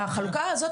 אני